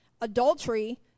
adultery